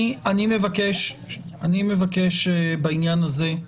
אני מבקש בעניין הזה,